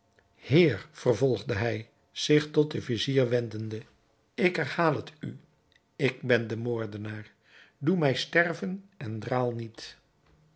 heer vervolgde hij zich tot den vizier wendende ik herhaal het u ik ben de moordenaar doe mij sterven en draal niet